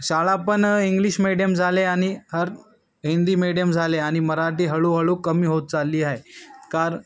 शाळा पण English medium झाले आणि अर हिंदी मिडियम झाले आणि मराठी हळूहळू कमी होत चालली आहे कारण